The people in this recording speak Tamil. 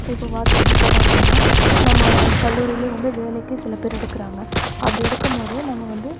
இப்போ பார்த்திங்கம் இப்போ பார்த்தோம்னா நம்ம கல்லூரியிலையும் வந்து வேலைக்கு சில பேர் எடுக்கிறாங்க அப்படி எடுக்கும்போது நம்ம வந்து